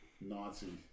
Nazi